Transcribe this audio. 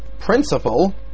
principle